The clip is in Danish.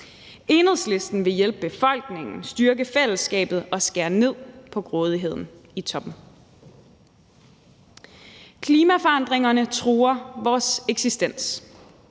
Enhedslisten vil hjælpe befolkningen, styrke fællesskabet og skære ned på grådigheden i toppen. Klimaforandringerne truer vores eksistens,